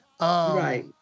Right